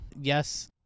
Yes